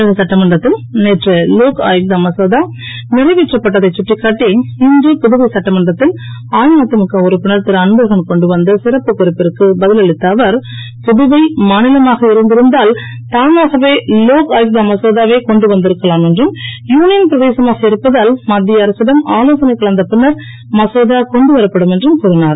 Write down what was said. தமிழக சட்டமன்றத்தில் நேற்று லோக் ஆயுக்தா மசோதா நிறைவைற்றப் பட்டதைச் கட்டிக்காட்டி இன்று புதுவை சட்டமன்றத்தில் அஇஅதிமுக உறுப்பினர் திருஅன்பழகன் கொண்டுவந்த சிறப்புக் குறிப்பிற்கு பதில் அளித்த அவர் புதுவை மாநிலமாக இருந்திருந்தால் தானாகவே லோக் ஆயுக்தா மசோதாவைக் கொண்டு வந்திருக்கலாம் என்றும் யூனியன் பிரதேசமாக இருப்பதால் மத்திய அரசிடம் ஆலோசனை கலந்த பின்னர் மசோதா கொண்டுவரப்படும் என்றும் கூறிஞர்